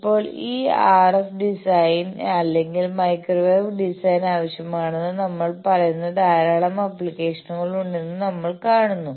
ഇപ്പോൾ ഈ RF design അല്ലെങ്കിൽ മൈക്രോവേവ് ഡിസൈൻ ആവശ്യമാണെന്ന് നമ്മൾ പറയുന്ന ധാരാളം ആപ്ലിക്കേഷനുകൾ ഉണ്ടെന്ന് നമ്മൾ കാണുന്നു